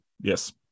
Yes